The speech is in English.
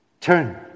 Turn